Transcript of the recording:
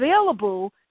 available